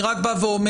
אני רק בא ואומר,